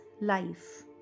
life